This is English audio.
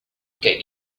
get